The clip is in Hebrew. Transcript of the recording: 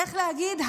איך להגיד,